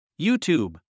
YouTube